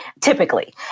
typically